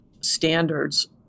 standards